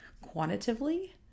quantitatively